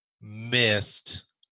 missed